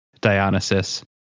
Dionysus